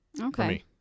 okay